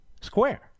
Square